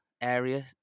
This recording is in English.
area